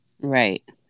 Right